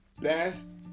best